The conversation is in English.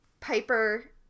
Piper